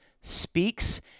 speaks